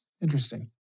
Interesting